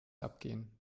abgehen